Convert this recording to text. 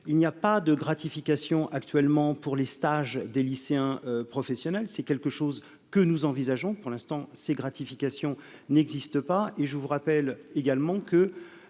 il n'y a pas de gratification actuellement pour les stages des lycéens professionnels, c'est quelque chose que nous envisageons pour l'instant ces gratifications n'existe pas et je vous rappelle également que